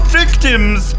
victims